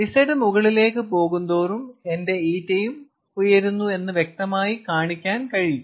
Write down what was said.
Z മുകളിലേക്ക് പോകുന്തോറും എന്റെ ƞ യും ഉയരുന്നു എന്ന് വ്യക്തമായി കാണിക്കാൻ കഴിയും